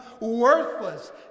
worthless